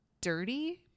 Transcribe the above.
dirty